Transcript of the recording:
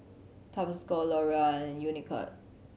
Tabasco L'Oreal and Unicurd